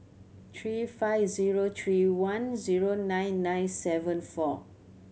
three five zero three one zero nine nine seven four